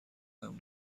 امن